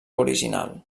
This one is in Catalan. original